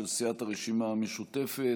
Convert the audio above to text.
של סיעת הרשימה המשותפת,